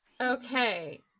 Okay